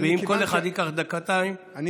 אם כל אחד ייקח דקתיים, כן.